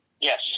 Yes